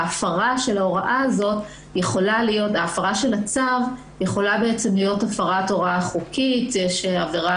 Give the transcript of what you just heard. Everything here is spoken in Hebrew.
ההפרה של הצו יכולה להיות הפרת הוראה חוקית של עבירה